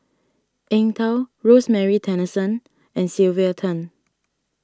Eng Tow Rosemary Tessensohn and Sylvia Tan